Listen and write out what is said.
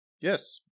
Yes